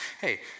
Hey